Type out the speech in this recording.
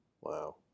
Wow